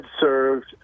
served